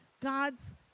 God's